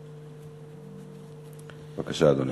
בבקשה, אדוני.